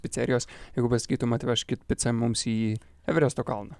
picerijos jeigu pasakytum atvežkit picą mums į everesto kalną